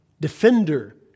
defender